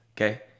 Okay